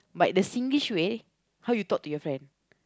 like the Singlish way how you talk to your friend